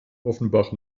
offenbach